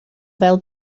fel